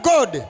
God